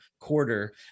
Quarter